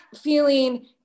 feeling